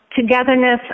togetherness